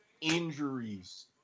Injuries